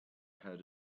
had